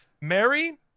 Mary